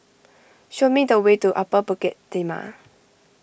show me the way to Upper Bukit Timah